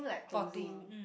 for two mm